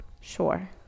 Sure